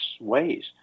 ways